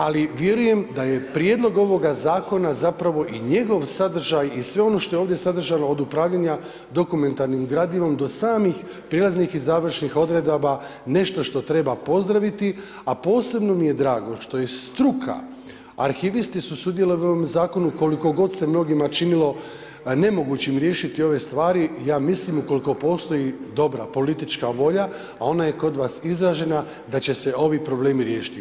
Ali vjerujem da je Prijedlog ovoga zakona zapravo i njegov sadržaj i sve ono što je ovdje sadržano od upravljanja dokumentarnim gradivom do samih prijelaznih i završnih odredaba nešto što treba pozdraviti, a posebno mi je drago što je struka, arhivisti su sudjelovali u ovom zakonu koliko god se mnogima činilo nemogućim riješiti ove stvari ja mislim ukoliko postoji dobra politička volja, a ona je kod vas izražena da će se ovi problemi riješiti.